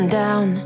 down